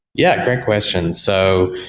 yeah, great question. so,